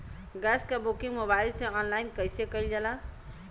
Gas क booking mobile से online कईसे कईल जाला?